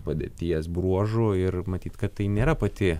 padėties bruožų ir matyt kad tai nėra pati